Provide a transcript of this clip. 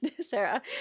Sarah